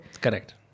Correct